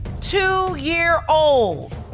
two-year-old